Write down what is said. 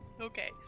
okay